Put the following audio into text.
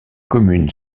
commune